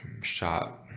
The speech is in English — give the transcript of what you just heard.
shot